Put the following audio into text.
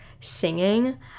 singing